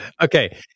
Okay